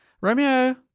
Romeo